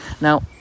now